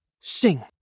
Sing